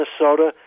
Minnesota